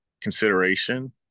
consideration